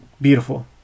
Beautiful